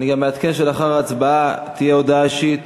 אני גם מעדכן שלאחר ההצבעה תהיה הודעה אישית